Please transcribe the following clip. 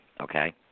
okay